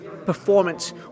Performance